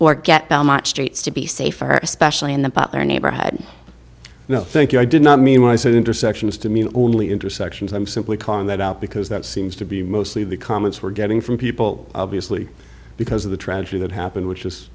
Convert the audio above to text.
get much streets to be safer especially in the bottler neighborhood no thank you i did not mean when i said intersections to mean only intersections i'm simply calling that out because that seems to be mostly the comments we're getting from people obviously because of the tragedy that happened